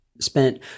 spent